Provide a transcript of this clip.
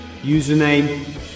username